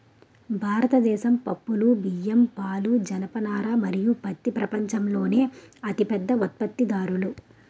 భారతదేశం పప్పులు, బియ్యం, పాలు, జనపనార మరియు పత్తి ప్రపంచంలోనే అతిపెద్ద ఉత్పత్తిదారులు